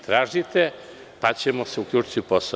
Tražite, pa ćemo seuključiti u posao.